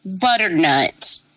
Butternut